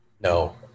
No